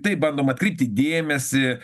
taip bandoma atkreipti dėmesį